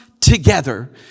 together